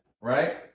right